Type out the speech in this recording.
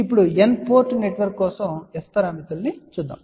ఇప్పుడు N port network కోసం S పారామితులను చూద్దాం